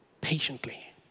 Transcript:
patiently